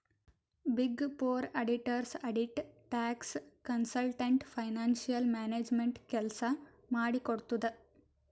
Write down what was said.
big four auditors audit, tax, consultant, financial management ಕೆಲ್ಸ ಮಾಡಿ ಕೊಡ್ತುದ್